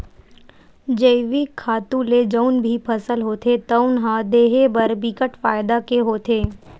जइविक खातू ले जउन भी फसल होथे तउन ह देहे बर बिकट फायदा के होथे